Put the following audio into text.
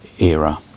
era